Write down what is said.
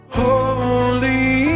holy